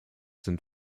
sind